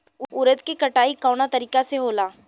उरद के कटाई कवना तरीका से होला?